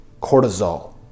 cortisol